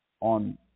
on